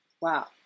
Wow